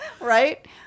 right